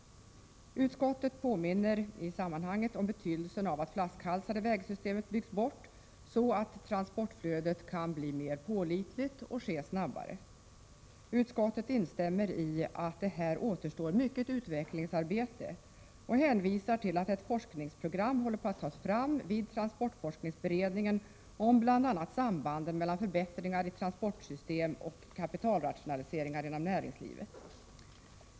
Utskottet påminner i sammanhanget om betydelsen av att flaskhalsar i vägsystemet byggs bort, så att transportflödet kan bli mer pålitligt och snabbare. Utskottet instämmer i att det återstår mycket utvecklingsarbete och hänvisar till att ett forskningsprogram håller på att tas fram vid transportforskningsberedninen om bl.a. sambanden mellan förbättringar i transportsystem och kapitalrationaliseringar inom näringslivet.